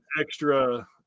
extra